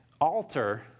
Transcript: alter